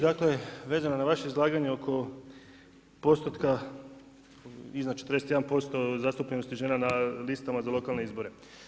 Dakle vezano na vaše izlaganje oko postotka iznad 41% zastupljenosti žena na listama za lokalne izbore.